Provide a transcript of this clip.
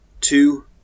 two